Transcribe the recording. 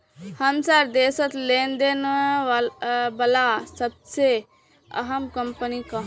हमसार देशत लोन देने बला सबसे अहम कम्पनी क